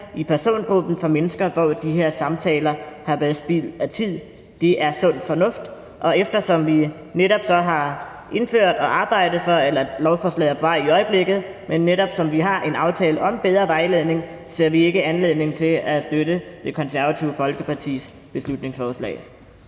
i persongruppen af mennesker, hvor de her samtaler har været spild af tid. Det er sund fornuft, og eftersom lovforslaget i øjeblikket er på vej og vi netop har en aftale om bedre vejledning, ser vi ingen anledning til at støtte Det Konservative Folkepartis beslutningsforslag.